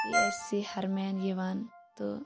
P H C ہرمین یِوان تہٕ